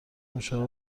نوشابه